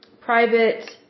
private